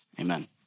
amen